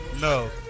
No